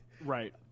Right